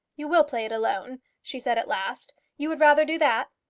you will play it alone? she said at last. you would rather do that?